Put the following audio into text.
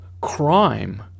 crime